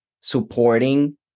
supporting